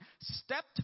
stepped